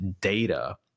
data